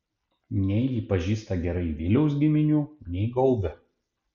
nei ji pažįsta gerai viliaus giminių nei gaubio